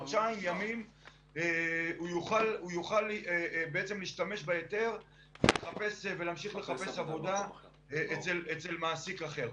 חודשיים הוא יוכל להשתמש בהיתר ולהמשיך לחפש עבודה אצל מעסיק אחר.